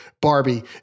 Barbie